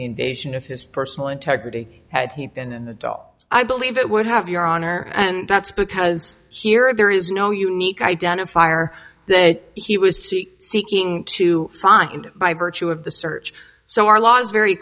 invasion of his personal integrity had he been an adult i believe it would have your honor and that's because here there is no unique identifier then he was seeking to find by virtue of the search so our law is very